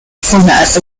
format